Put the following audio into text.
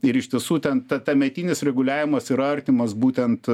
ir iš tiesų ten tametinis reguliavimas yra artimas būtent